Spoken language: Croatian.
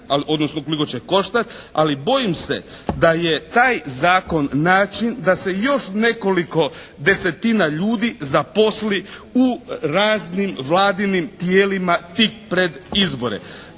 odnosno koliko će koštati ali bojim se da je taj zakon način da se još nekoliko desetina ljudi zaposli u raznim vladinim tijelima tik pred izbore.